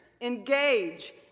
engage